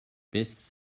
best